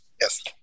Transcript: Yes